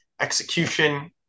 execution